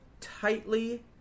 tightly